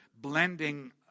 blending